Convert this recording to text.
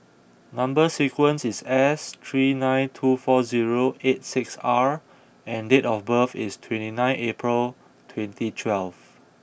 number sequence is S three nine two four zero eight six R and date of birth is twenty nine April twenty twelve